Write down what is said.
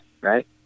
right